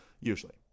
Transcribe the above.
usually